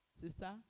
Sister